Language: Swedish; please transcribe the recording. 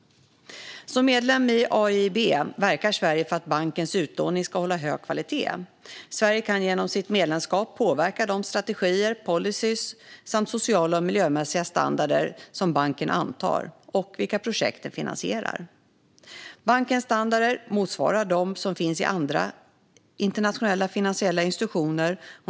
Som medlem i AIIB verkar Sverige för att bankens utlåning ska hålla hög kvalitet. Sverige kan genom sitt medlemskap påverka de strategier och policyer och sociala och miljömässiga standarder som banken antar och vilka projekt den finansierar. Bankens standarder motsvarar dem som finns i andra internationella finansiella institutioner.